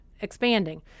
expanding